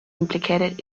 implicated